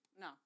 No